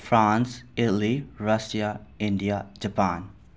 France Italy Russia India Japan